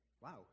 wow